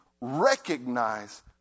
recognize